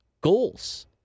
goals